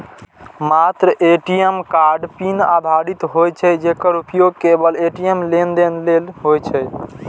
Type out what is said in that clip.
मात्र ATM card PIN आधारित होइ छै, जेकर उपयोग केवल ए.टी.एम लेनदेन लेल होइ छै